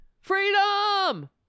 Freedom